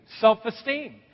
self-esteem